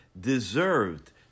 deserved